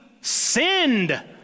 sinned